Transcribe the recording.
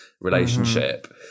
relationship